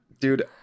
dude